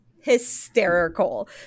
hysterical